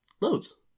Loads